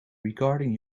regarding